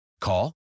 Call